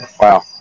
Wow